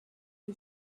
who